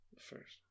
First